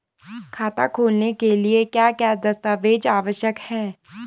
खाता खोलने के लिए क्या क्या दस्तावेज़ आवश्यक हैं?